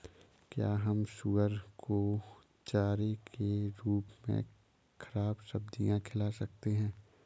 क्या हम सुअर को चारे के रूप में ख़राब सब्जियां खिला सकते हैं?